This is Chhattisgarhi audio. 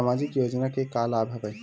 सामाजिक योजना के का का लाभ हवय?